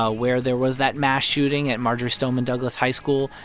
ah where there was that mass shooting at marjory stoneman douglas high school.